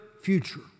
future